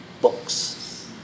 books